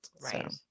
right